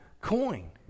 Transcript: coin